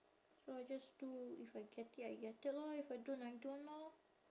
so I just do if I get it I get it lor if I don't I don't lor